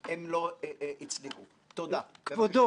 להעביר את הדוח בלילה,